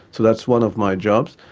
so that's one of my jobs.